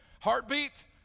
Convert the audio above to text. heartbeat